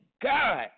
God